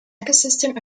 ecosystem